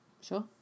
Sure